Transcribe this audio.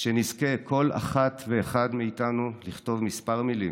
שנזכה, כל אחת ואחד מאיתנו, לכתוב כמה מילים,